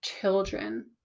children